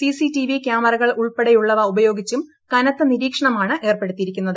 CCTV കൃാമറകൾ ഉൾപ്പെടെയുള്ളവ ഉപയോഗിച്ചും കനത്ത നിരീക്ഷണമാണ് ഏർപ്പെടുത്തിയിരിക്കുന്നത്